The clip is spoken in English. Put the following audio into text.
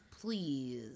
please